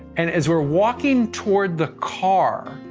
and as we're walking towards the car,